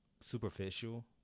superficial